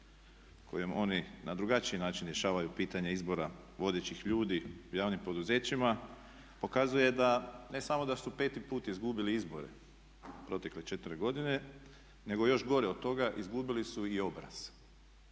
kojom oni na drugačiji način rješavaju pitanje izbora vodećih ljudi u javnim poduzećima pokazuje da ne samo da su peti put izgubili izbore u protekle četiri godine nego još gore od toga izgubili su i obraz.